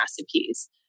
recipes